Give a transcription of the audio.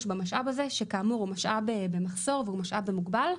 במשאב הזה שכאמור הוא משאב במחסור והוא משאב מוגבל.